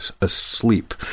asleep